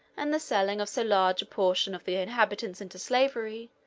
and the selling of so large a portion of the inhabitants into slavery,